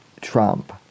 Trump